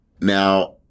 Now